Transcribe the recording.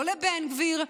לא לבן גביר,